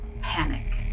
panic